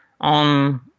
on